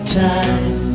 time